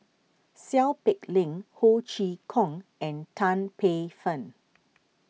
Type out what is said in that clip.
Seow Peck Leng Ho Chee Kong and Tan Paey Fern